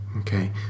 Okay